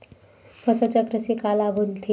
फसल चक्र से का लाभ मिलथे?